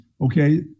Okay